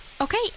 okay